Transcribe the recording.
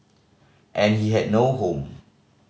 and he had no home